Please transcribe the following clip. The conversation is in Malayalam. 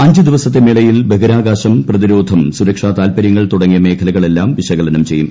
അഞ്ചു ദിവസത്തെ മേളയിൽ ബഹിരാകാശം പ്രതിരോധം സുരക്ഷാ താൽപ്പരൃങ്ങൾ തുടങ്ങിയ മേഖലകളെല്ലാം വിശകലനം ചെയ്യും